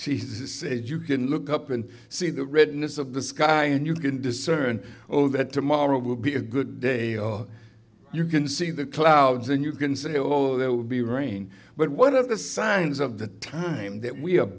she said you can look up and see the written is of the sky and you can discern oh that tomorrow will be a good day or you can see the clouds and you can say oh there will be rain but what are the signs of the time that we